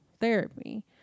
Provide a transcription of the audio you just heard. therapy